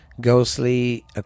Ghostly